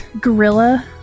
Gorilla